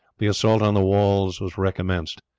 the assault on the walls was recommenced,